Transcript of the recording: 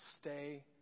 stay